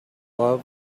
love